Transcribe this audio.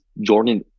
Jordan